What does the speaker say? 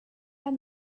and